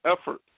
effort